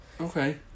Okay